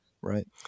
right